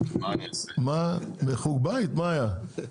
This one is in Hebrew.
מה, בחוג בית, מה היה?